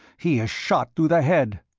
he is shot through the head.